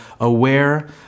aware